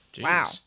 Wow